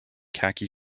khaki